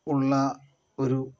ഉള്ള ഒരു